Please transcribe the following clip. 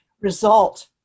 result